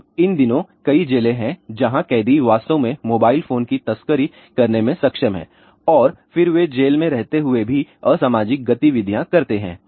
अब इन दिनों कई जेलें हैं जहाँ कैदी वास्तव में मोबाइल फोन की तस्करी करने में सक्षम हैं और फिर वे जेल में रहते हुए भी असामाजिक गतिविधियाँ करते हैं